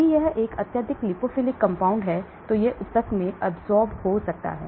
यदि यह एक अत्यधिक lipophilic है यह ऊतक में absorb हो सकता है